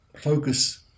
focus